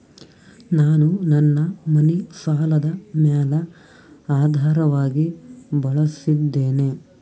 ನಾನು ನನ್ನ ಮನಿ ಸಾಲದ ಮ್ಯಾಲ ಆಧಾರವಾಗಿ ಬಳಸಿದ್ದೇನೆ